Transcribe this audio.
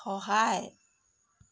সহায়